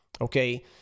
okay